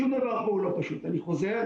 שום דבר פה הוא לא פשוט, אני חוזר.